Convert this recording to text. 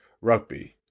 rugby